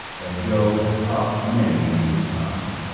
and joe had copped many in his time.